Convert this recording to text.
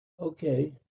okay